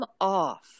off